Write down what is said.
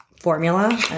formula